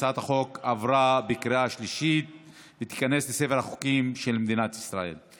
הצעת החוק עברה בקריאה שלישית ותיכנס לספר החוקים של מדינת ישראל.